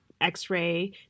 X-ray